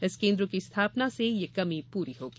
इस केन्द्र की स्थापना से यह कमी पूरी होगी